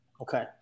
Okay